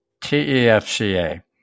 T-E-F-C-A